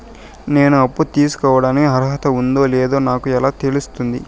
నేను అప్పు తీసుకోడానికి అర్హత ఉందో లేదో నాకు ఎలా తెలుస్తుంది?